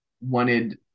wanted